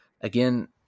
again